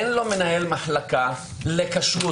אין לו מנהל מחלקה לכשרות.